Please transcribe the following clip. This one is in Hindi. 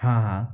हाँ हाँ